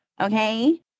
okay